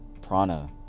Prana